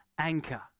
anchor